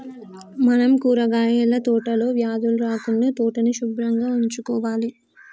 మనం కూరగాయల తోటలో వ్యాధులు రాకుండా తోటని సుభ్రంగా ఉంచుకోవాలి